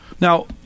Now